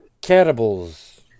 cannibals